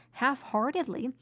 half-heartedly